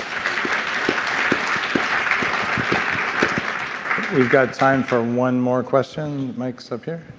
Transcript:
um we've got time for one more question. mic's up here